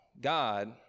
God